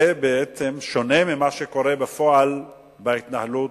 זה בעצם שונה ממה שקורה בפועל בהתנהלות,